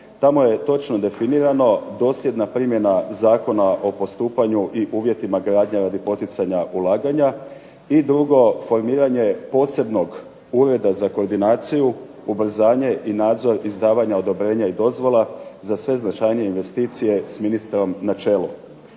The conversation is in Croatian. Tamo je točno definirano dosljedna primjena Zakona o postupanju i uvjetima gradnje radi poticanja ulaganja i drugo formiranje posebnog Ureda za koordinaciju, ubrzanje i nadzor izdavanja odobrenja i dozvola za sve značajnije investicije s ministrom na čelu.